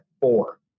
four